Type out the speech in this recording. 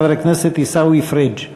חבר הכנסת עיסאווי פריג'.